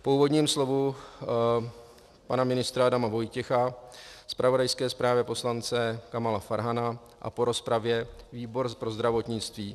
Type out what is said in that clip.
Po úvodním slovu pana ministra Adama Vojtěcha, zpravodajské zprávě poslance Kamala Farhana a po rozpravě výbor pro zdravotnictví